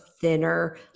thinner